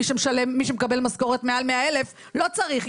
מי שמקבל משכורת מעל 100,000 לא צריך,